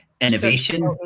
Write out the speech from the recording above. innovation